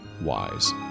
wise